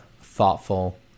thoughtful